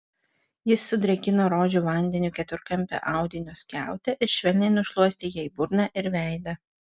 jis sudrėkino rožių vandeniu keturkampę audinio skiautę ir švelniai nušluostė jai burną ir veidą